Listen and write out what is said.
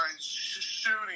shooting